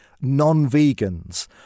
non-vegans